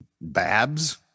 Babs